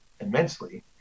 immensely